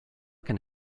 can